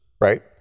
right